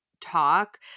talk